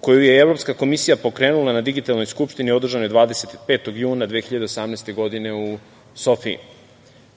koju je Evropska komisija pokrenula na Digitalnoj skupštini održanoj 25. juna 2018. godine u Sofiji.